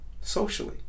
socially